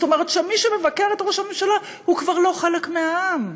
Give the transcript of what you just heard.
זאת אומרת שמי שמבקר את ראש הממשלה הוא כבר לא חלק מהעם.